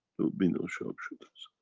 there'll be no sharpshooters.